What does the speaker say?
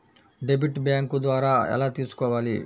Debit bank ద్వారా ఎలా తీసుకోవాలి?